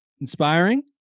inspiring